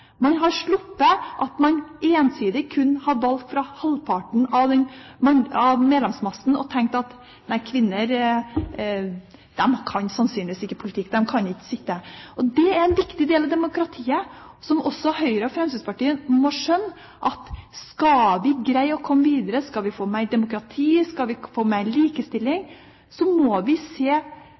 Man har sluppet at man ensidig kun har valgt fra halvparten av medlemsmassen og tenkt: Nei, kvinner, de kan sannsynligvis ikke politikk, de kan ikke sitte der. En viktig del av demokratiet som også Høyre og Fremskrittspartiet må skjønne, er at skal vi greie å komme videre, skal vi få mer demokrati, skal vi få mer likestilling, må vi se